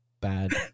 bad